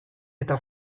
eta